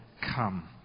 come